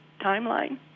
timeline